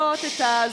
ולהשוות את הזכויות,